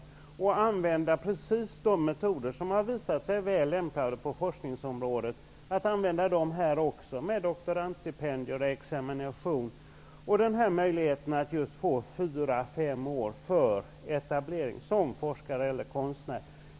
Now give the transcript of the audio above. Man bör använda precis de metoder som har visat sig väl lämpade på forskningsområdet också på detta område, dvs. doktorandstipendium, examination och möjligheten att få fyra, fem år på sig för etablering som forskare eller konstnär.